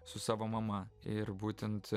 su savo mama ir būtent